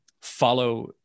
follow